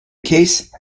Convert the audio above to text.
case